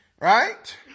Right